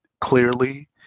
clearly